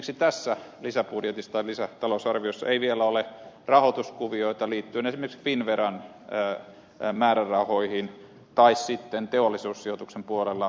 nyt esimerkiksi tässä lisätalousarviossa ei vielä ole rahoituskuvioita liittyen esimerkiksi finnveran määrärahoihin tai sitten teollisuussijoituksen puolella